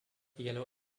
yellow